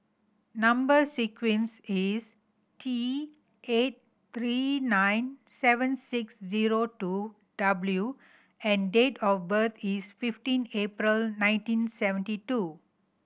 number sequence is T eight three nine seven six zero two W and date of birth is fifteen April nineteen seventy two